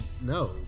no